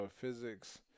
physics